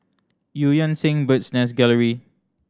Eu Yan Sang Bird's Nest Gallery